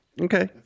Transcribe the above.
Okay